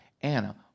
Anna